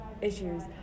issues